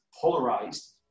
polarized